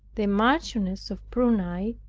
the marchioness of prunai,